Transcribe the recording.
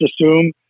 assume